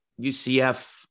UCF